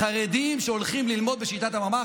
חרדים שהולכים ללמוד בשיטת הממ"ח,